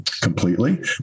completely